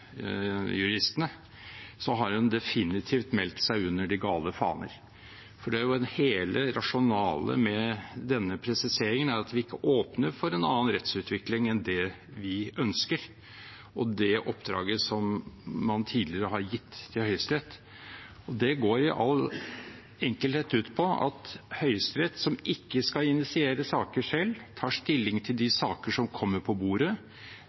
juristene, har hun definitivt meldt seg under de gale faner. Hele rasjonalet med denne presiseringen er at vi ikke åpner for en annen rettsutvikling enn det vi ønsker, og det oppdraget som man tidligere har gitt til Høyesterett. Det går i all enkelhet ut på at Høyesterett, som ikke skal initiere saker selv, tar stilling til de saker som kommer på bordet,